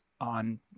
on